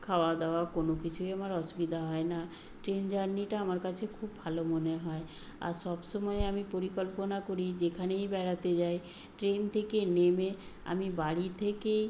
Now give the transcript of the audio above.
খাওয়া দাওয়া কোনো কিছুই আমার অসুবিদা হয় না ট্রেন জার্নিটা আমার কাছে খুব ভালো মনে হয় আর সব সময় আমি পরিকল্পনা করি যেখানেই বেড়াতে যাই ট্রেন থেকে নেমে আমি বাড়ি থেকে